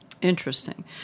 Interesting